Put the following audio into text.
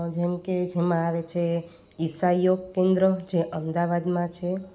જેમકે જેમાં આવે છે ઈસા યોગ કેન્દ્ર જે અમદાવાદમાં છે